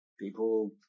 People